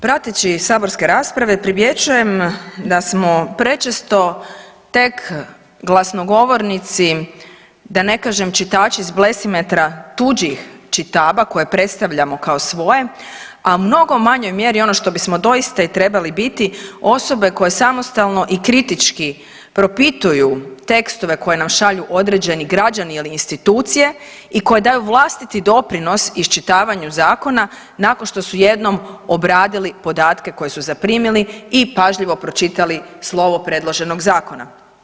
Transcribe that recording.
Prateći saborske rasprave primjećujem da smo prečesto tek glasnogovornici da ne kažem čitači s blesimetra tuđih čitaba koje predstavljamo kao svoje, a mnogo u manjoj mjeri ono što bismo doista i trebali biti osobe koje samostalno i kritički propituju tekstove koje nam šalju određeni građani ili institucije i koje daju vlastiti doprinos iščitavanju zakona nakon što su jednom obradili podatke koje su zaprimili i pažljivo pročitali slovo predloženog zakona.